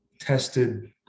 tested